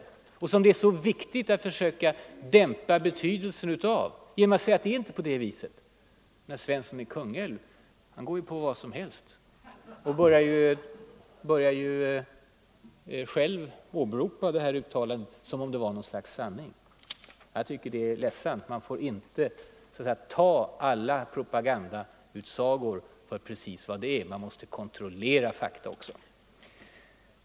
Därför är det så viktigt att man försöker dämpa betydelsen av sådana myter genom att visa att de är helt ogrundade. Men herr Svensson i Kungälv tycks gå 185 på vad som helst. Han börjar själv åberopa det här uttalandet som om det vore något slags sanning. Jag tycker det är ledsamt. Man får inte ta all propaganda som sanning. Man måste ju kontrollera fakta också.